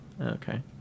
okay